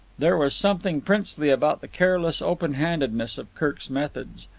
there was something princely about the careless open-handedness of kirk's methods,